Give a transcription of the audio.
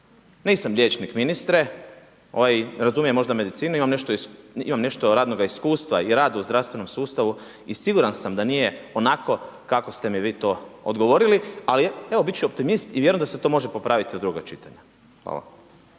Nisam liječnik ministre, razumijem možda medicinu, imam nešto radnoga iskustva i rada u zdravstvenom sustavu i siguran sam da nije onako kako ste mi vi to odgovorili. Ali evo, bit ću optimist i vjerujem da se to može popraviti do drugog čitanja. Hvala.